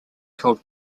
called